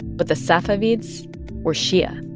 but the safavids were shia,